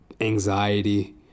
anxiety